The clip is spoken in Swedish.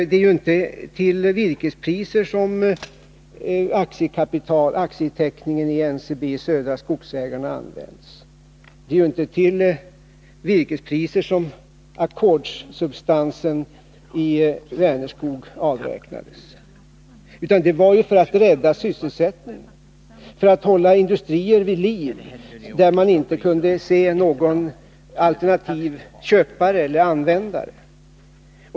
Det är ju inte till virkespriser som det kapital som kommit in genom aktieteckningen i NCB och Södra Skogsägarna har använts. Och det är inte till virkespriser som ackordssubstansen i Vänerskog avräknats, utan det skedde för att rädda sysselsättningen, för att hålla industrier vid liv där man inte kunde se någon alternativ köpare eller användare.